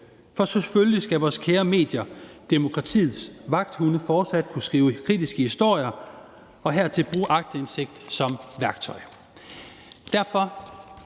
For selvfølgelig skal vores kære medier, demokratiets vagthunde, fortsat kunne skrive kritiske historier og hertil bruge aktindsigt som værktøj.